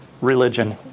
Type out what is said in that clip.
religion